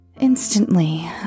Instantly